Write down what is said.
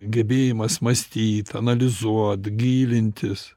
gebėjimas mąstyt analizuot gilintis